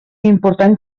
important